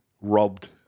robbed